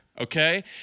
okay